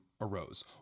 arose